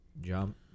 jump